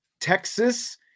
Texas